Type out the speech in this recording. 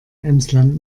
emsland